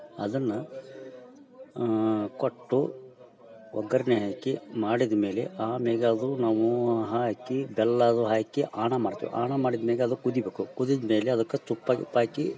ಅದನ್ನ ಕೊಟ್ಟು ಒಗ್ಗರನೆ ಹಾಕಿ ಮಾಡಿದ್ಮೇಲೆ ಆಮೇಗದು ನಾವು ಹಾಕಿ ಬೆಲ್ಲದು ಹಾಕಿ ಆಣ ಮಾಡ್ತೇವಿ ಆಣ ಮಾಡಿದ್ಮ್ಯಾಗ ಅದು ಕುದಿಯಬೇಕು ಕುದಿದ್ಮೇಲೆ ಅದಕ್ಕೆ ತುಪ್ಪ ಗಿಪ್ಪ ಹಾಕಿ